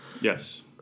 Yes